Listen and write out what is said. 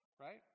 right